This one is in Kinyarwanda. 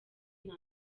nta